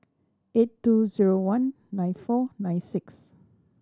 eight two zero one nine four nine six